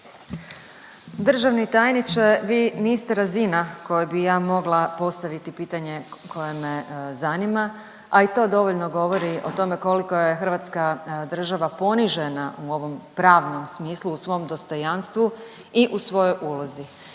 Državni tajniče vi niste razina kojoj bi ja mogla postaviti pitanje koje me zanima, a i to dovoljno govori o tome koliko je hrvatska država ponižena u ovom pravnom u svom dostojanstvu i u svojoj ulozi.